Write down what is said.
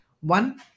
One